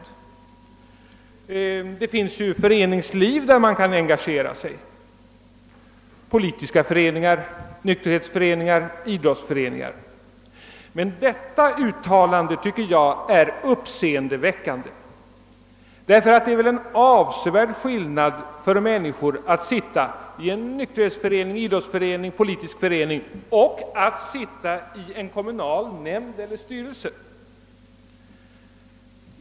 Man kan ju engagera sig i föreningsliv, t.ex. i politiska föreningar, nykterhetsföreningar och idrottsföreningar, framhöll herr Johansson. Det tycker jag var ett uppseendeväckande uttalande, ty det är ju en avsevärd skillnad mellan att sitta i en nykterhetsförening, en idrottsförening eller en politisk förening och att sitta i en kommunal nämnd eller styrelse.